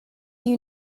you